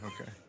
okay